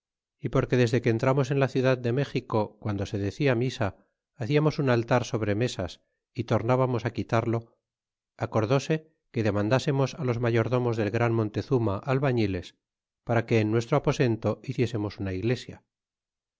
y porque desde que entramos en la ciudad de méxico guando se decia misa haciamos un altar sobre mesas y tornábamos á quitarlo acordóse que demandásemos á los mayordomos del gran montezuma albañiles para que en nuestro aposento hiciésemos una iglesia